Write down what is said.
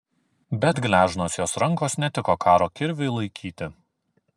bet gležnos jos rankos netiko karo kirviui laikyti